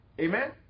Amen